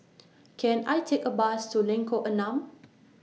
Can I Take A Bus to Lengkok Enam